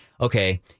okay